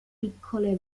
piccole